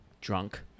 drunk